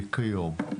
כיום.